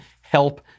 help